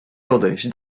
odejść